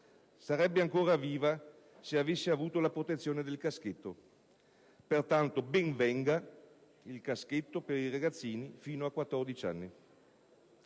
sarebbe ancora viva se avesse avuto la protezione del caschetto. Pertanto, ben venga il caschetto per i ragazzini fino a 14 anni.